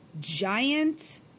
giant